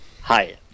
Hi